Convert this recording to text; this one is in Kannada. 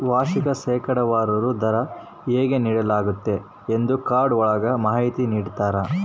ವಾರ್ಷಿಕ ಶೇಕಡಾವಾರು ದರ ಹೇಗೆ ನೀಡಲಾಗ್ತತೆ ಎಂದೇ ಕಾರ್ಡ್ ಒಳಗ ಮಾಹಿತಿ ನೀಡಿರ್ತರ